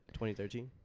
2013